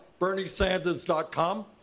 BernieSanders.com